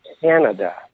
Canada